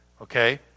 Okay